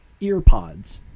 earpods